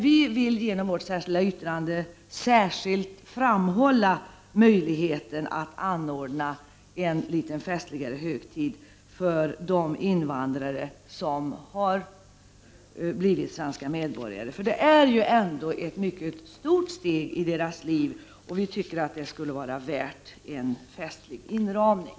Vi vill genom vårt särskilda yttrande särskilt framhålla en möjlighet att göra en särskild festlighet för de invandrare som blivit svenska medborgare. Det är ändå ett mycket stort steg i deras liv, som kunde vara värt en festlig inramning.